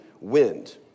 wind